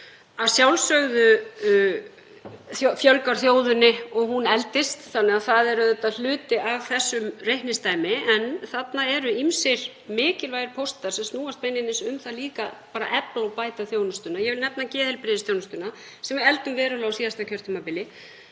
Að sjálfsögðu fjölgar þjóðinni og hún eldist þannig að það er auðvitað hluti af þessu reikningsdæmi. En þarna eru líka ýmsir mikilvægir póstar sem snúast beinlínis um að efla og bæta þjónustuna. Ég vil nefna geðheilbrigðisþjónustuna sem við efldum verulega á síðasta kjörtímabili.